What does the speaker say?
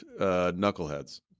knuckleheads